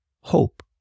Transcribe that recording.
hope